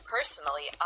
Personally